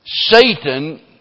Satan